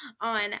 on